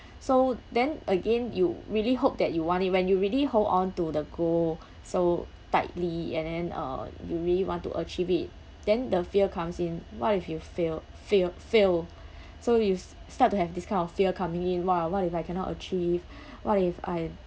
so then again you really hope that you want it when you really hold onto the goal so tightly and then uh you really want to achieve it then the fear comes in what if you fail fail fail so you s~ start to have this kind of fear coming in !wah! what if I cannot achieve what if I